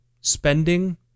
spending